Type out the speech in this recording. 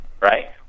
right